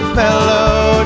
fellow